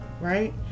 right